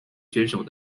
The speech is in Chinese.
选手